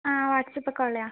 ആ വാട്സ്ആപ്പ് ഒക്കെ ഉള്ളതാണ്